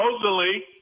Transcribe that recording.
supposedly